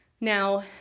Now